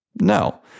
No